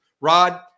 Rod